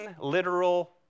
literal